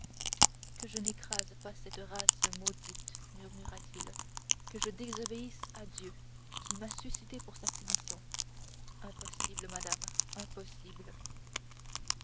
que je n'écrase pas cette race maudite murmura-t-il que je désobéisse à dieu qui m'a suscité pour sa punition impossible madame impossible